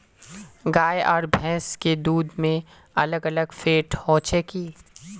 गाय आर भैंस के दूध में अलग अलग फेट होचे की?